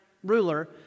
Ruler